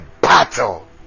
battle